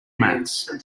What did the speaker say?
mats